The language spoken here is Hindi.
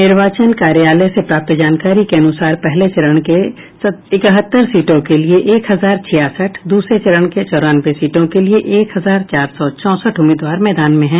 निर्वाचन कार्यालय से प्राप्त जानकारी के अनुसार पहले चरण की इकहत्तर सीटों के लिये एक हजार छियासठ और दूसरे चरण की चौरानवे सीटों के लिये एक हजार चार सौ चौंसठ उम्मीदवार मैदान में हैं